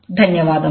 ధన్యవాదములు